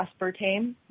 aspartame